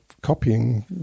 copying